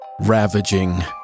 ravaging